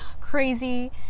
crazy